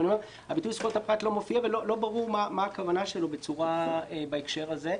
אבל הביטוי "זכויות הפרט" לא מופיע ולא ברור מה הכוונה שלו בהקשר הזה.